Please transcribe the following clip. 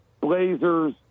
blazers